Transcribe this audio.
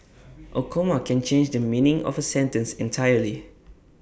A comma can change the meaning of A sentence entirely